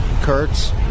kurtz